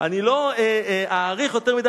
אני לא אאריך יותר מדי.